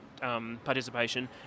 participation